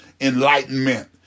enlightenment